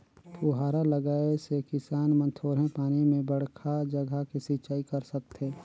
फुहारा लगाए से किसान मन थोरहें पानी में बड़खा जघा के सिंचई कर सकथें